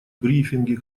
брифинги